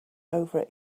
over